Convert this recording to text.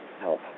help